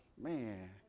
Man